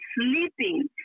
sleeping